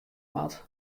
moat